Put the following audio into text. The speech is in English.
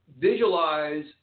visualize